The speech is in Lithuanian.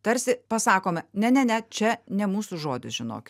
tarsi pasakome ne ne ne čia ne mūsų žodis žinokit